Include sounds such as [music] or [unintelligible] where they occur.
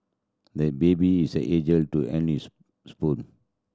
the baby is eager to [unintelligible] his spoon